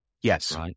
Yes